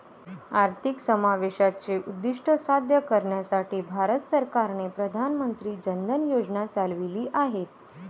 आर्थिक समावेशाचे उद्दीष्ट साध्य करण्यासाठी भारत सरकारने प्रधान मंत्री जन धन योजना चालविली आहेत